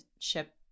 ship